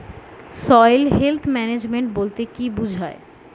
Soil health management বলতে কি বুঝায়?